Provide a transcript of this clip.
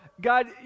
God